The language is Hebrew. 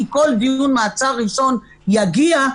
כי כל דיון מעצר ראשון יגיע,